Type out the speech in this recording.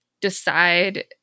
decide